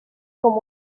com